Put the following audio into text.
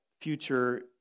future